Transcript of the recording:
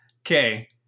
Okay